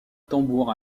tambour